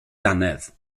dannedd